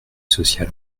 sociale